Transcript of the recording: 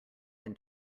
than